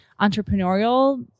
entrepreneurial